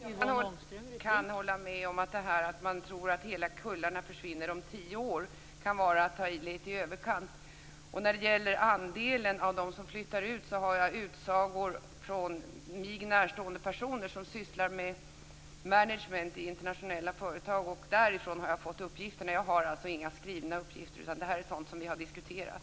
Fru talman! Jag kan hålla med om det. Att tro att hela kullarna försvinner om tio år kan vara att ta lite i överkant. När det gäller andelen av dem som flyttar ut har jag utsagor från mig närstående personer som sysslar med management i internationella företag. Därifrån har jag fått uppgifterna. Jag har alltså inga skrivna uppgifter, utan detta är sådant vi har diskuterat.